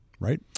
Right